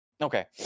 Okay